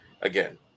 again